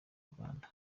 rwanda